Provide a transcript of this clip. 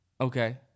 Okay